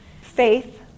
faith